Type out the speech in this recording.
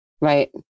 right